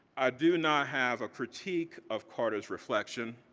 i do not have a critique of carter's reflection,